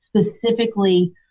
specifically